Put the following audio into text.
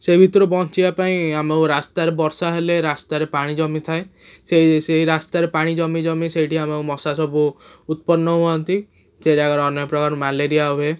ସେ ଭିତରୁ ବଞ୍ଚିବା ପାଇଁ ଆମକୁ ରାସ୍ତାରେ ବର୍ଷା ହେଲେ ରାସ୍ତାରେ ପାଣି ଜମିଥାଏ ସେଇ ସେଇ ରାସ୍ତାରେ ପାଣି ଜମି ଜମି ସେଇଠି ଆମର ମଶା ସବୁ ଉତ୍ପନ୍ନ ହୁଅନ୍ତି ସେ ଜାଗାରେ ଅନେକ ପ୍ରକାର ମ୍ୟାଲେରିଆ ହୁଏ